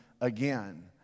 again